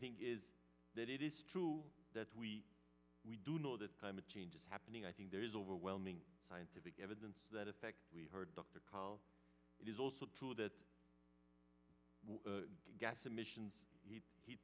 think is that it is true that we we do know that climate change is happening i think there is overwhelming scientific evidence that effect we heard dr call it is also true that gas emissions the he